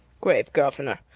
grave governor,